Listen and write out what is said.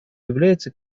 является